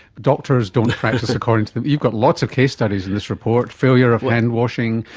doctors don't practice according to, you've got lots of case studies in this report failure of hand washing,